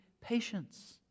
patience